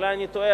אולי אני טועה,